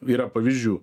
yra pavyzdžių